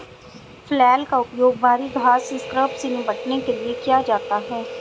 flail का उपयोग भारी घास स्क्रब से निपटने के लिए किया जाता है